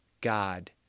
God